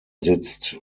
sitzt